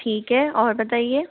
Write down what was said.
ठीक है और बताइए